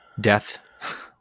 death